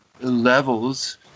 levels